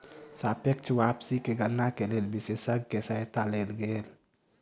सापेक्ष वापसी के गणना के लेल विशेषज्ञ के सहायता लेल गेल